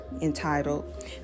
entitled